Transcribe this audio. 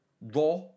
Raw